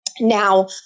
Now